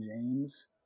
James